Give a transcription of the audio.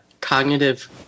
cognitive